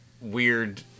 weird